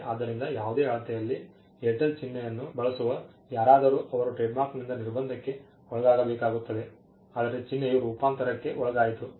ಆದ್ದರಿಂದ ಯಾವುದೇ ಅಳತೆಯಲ್ಲಿ ಏರ್ಟೆಲ್ ಚಿಹ್ನೆಯನ್ನು ಬಳಸುವ ಯಾರಾದರೂ ಅವರ ಟ್ರೇಡ್ಮಾರ್ಕ್ನಿಂದ ನಿರ್ಬಂಧಕ್ಕೆ ಒಳಗಾಗಬೇಕಾಗುತ್ತದೆ ಆದರೆ ಚಿಹ್ನೆಯು ರೂಪಾಂತರಕ್ಕೆ ಒಳಗಾಯಿತು